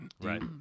Right